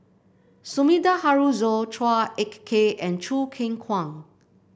Sumida Haruzo Chua Ek Kay and Choo Keng Kwang